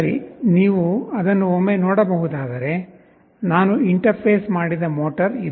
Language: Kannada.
ಸರಿ ನೀವು ಅದನ್ನು ಒಮ್ಮೆ ನೋಡಬಹುದಾದರೆ ನಾನು ಇಂಟರ್ಫೇಸ್ ಮಾಡಿದ ಮೋಟರ್ ಇದು